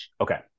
okay